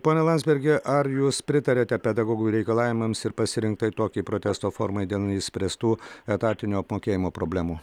pone landsbergi ar jūs pritariate pedagogų reikalavimams ir pasirinktai tokiai protesto formai dėl neišspręstų etatinio apmokėjimo problemų